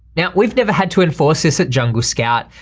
now we've never had to enforce this at jungle scout.